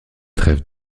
trêve